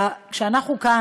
כשאנחנו כאן,